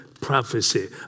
prophecy